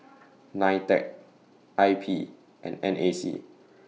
NITEC I P and N A C